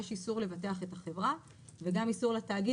יש איסור לבטח את החברה וגם איסור לתאגיד